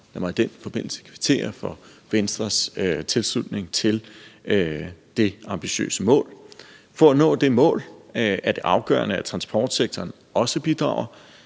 mig i den forbindelse kvittere for Venstres tilslutning til det ambitiøse mål. For at nå det mål er det afgørende, at transportsektoren også bidrager.